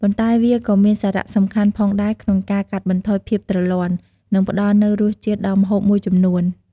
ប៉ុន្តែវាក៏មានសារៈសំខាន់ផងដែរក្នុងការកាត់បន្ថយភាពទ្រលាន់ និងផ្តល់នូវរសជាតិដល់ម្ហូបមួយចំនួន។